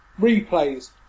Replays